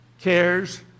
cares